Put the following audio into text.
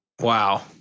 Wow